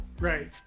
right